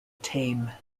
tame